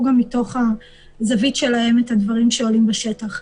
גם מתוך הזווית שלהם את הדברים שעולים בשטח.